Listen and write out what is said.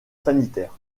sanitaires